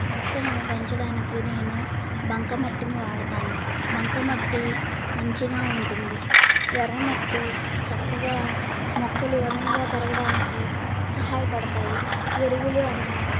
మొక్కలను పెంచడానికి నేను బంకమట్టిని వాడతాను బంకమట్టి మంచిగా ఉంటుంది ఎర్రమట్టి చక్కగా మొక్కలు అనువుగా పెరగడానికి సహాయపడతాయి ఎరువులు అనగా